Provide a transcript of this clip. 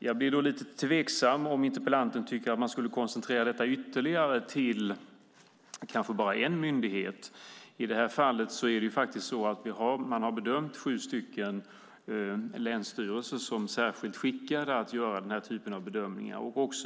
Jag blir lite tveksam till att interpellanten tycker att man ska koncentrera detta ytterligare till kanske bara en myndighet. I det här fallet har man bedömt att sju länsstyrelser är särskilt skickade att göra den här typen av bedömningar.